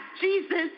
Jesus